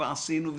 "עשינו",